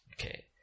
Okay